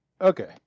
Okay